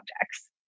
objects